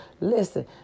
Listen